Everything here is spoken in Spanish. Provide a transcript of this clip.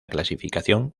clasificación